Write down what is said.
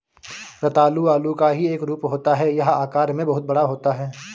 रतालू आलू का ही एक रूप होता है यह आकार में बहुत बड़ा होता है